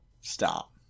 stop